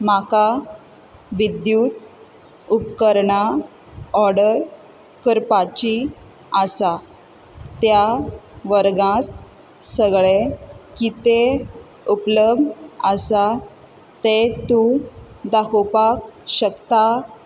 म्हाका विद्युत उपकरणां ऑर्डर करपाची आसा त्या वर्गांत सगळे कितें उपलब्ध आसा ते तूं दाखोवपाक शकता